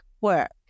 work